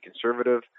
conservative